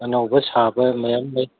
ꯑꯅꯧꯕ ꯁꯥꯕ ꯃꯌꯥꯝ ꯂꯩ